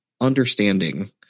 understanding